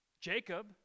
Jacob